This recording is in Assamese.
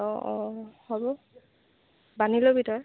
অঁ অঁ হ'ব বান্ধি ল'বি তই